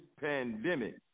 pandemic